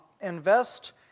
invest